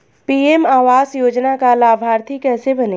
PM आवास योजना का लाभर्ती कैसे बनें?